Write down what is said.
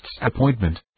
appointment